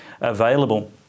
available